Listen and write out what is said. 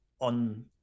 on